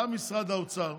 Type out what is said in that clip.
גם משרד האוצר,